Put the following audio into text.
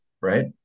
right